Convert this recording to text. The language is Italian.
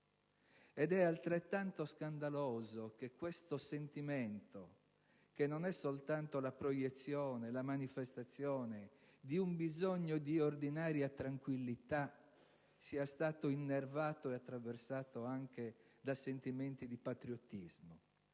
ed è altrettanto scandaloso che questo sentimento, che non è soltanto la proiezione e la manifestazione di un bisogno di ordinaria tranquillità, sia stato innervato e attraversato anche da sentimenti di patriottismo.